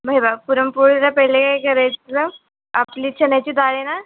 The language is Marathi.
मग हे बघ पुरणपोळीला पहिले काय करायचं आपली चण्याची डाळ आहे ना